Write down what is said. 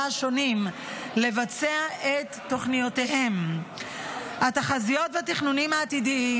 השונים לבצע את תוכניותיהם --- התחזיות והתכנונים העתידיים